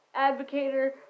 advocator